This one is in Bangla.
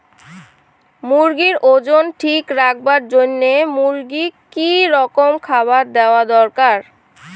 মুরগির ওজন ঠিক রাখবার জইন্যে মূর্গিক কি রকম খাবার দেওয়া দরকার?